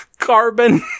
carbon